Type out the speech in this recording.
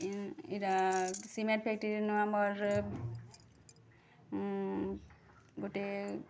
ଇରା cement ଫ୍ୟାକ୍ଟ୍ରିନୁ ଆମର୍ ଗୋଟିଏ